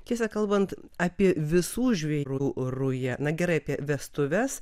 tiesa kalbant apie visų žvėrų rują na gerai apie vestuves